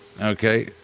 okay